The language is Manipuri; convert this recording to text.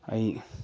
ꯑꯩ